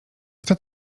kto